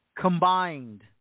combined